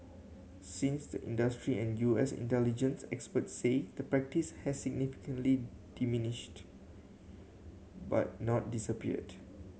since the industry and U S intelligence experts say the practice has significantly diminished but not disappeared